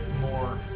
more